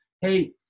Hey